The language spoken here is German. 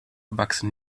wachsen